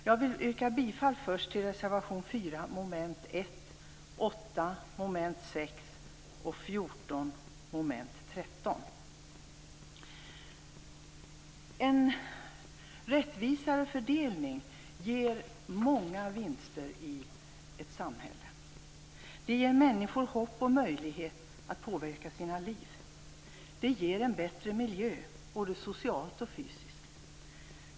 Jag vill så börja med att yrka bifall till reservation 4 avseende mom. 1, reservation 8 avseende mom. 6 och reservation 14 avseende mom. 13. En rättvisare fördelning ger många vinster i ett samhälle. Det ger människor hopp och en möjlighet att påverka sina liv. Det ger en bättre miljö, både socialt och fysiskt.